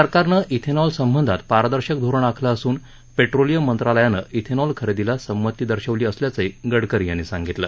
सरकारनं इथेनॉल संबंधात पारदर्शक धोरण आखलं असून पेट्रोलियम मंत्रालयानं इथेनॉल खरेदीला संमती दर्शवली असल्याचही गडकरी यांनी सांगितलं